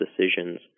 decisions